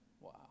wow